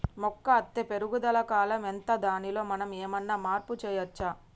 మొక్క అత్తే పెరుగుదల కాలం ఎంత దానిలో మనం ఏమన్నా మార్పు చేయచ్చా?